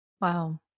Wow